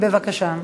בבקשה.